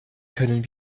können